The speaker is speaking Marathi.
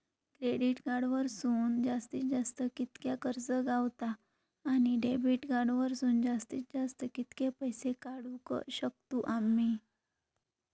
क्रेडिट कार्ड वरसून जास्तीत जास्त कितक्या कर्ज गावता, आणि डेबिट कार्ड वरसून जास्तीत जास्त कितके पैसे काढुक शकतू आम्ही?